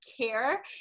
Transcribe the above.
care